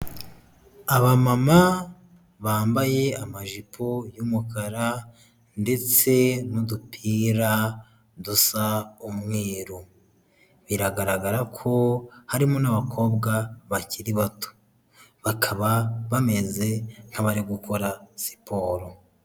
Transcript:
Abamama bambaye amajipo y'umukara ndetse n'udupira dusa umweru, biragaragara ko harimo n'abakobwa bakiri bato bakaba bameze nk'abari gukora siporo.